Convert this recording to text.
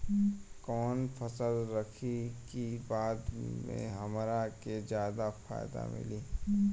कवन फसल रखी कि बाद में हमरा के ज्यादा फायदा होयी?